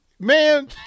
Man